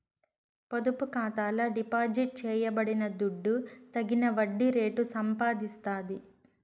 పొదుపు ఖాతాల డిపాజిట్ చేయబడిన దుడ్డు తగిన వడ్డీ రేటు సంపాదిస్తాది